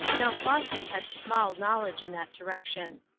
now flossy had small knowledge in that direction.